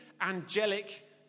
angelic